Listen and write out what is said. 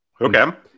Okay